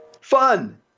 fun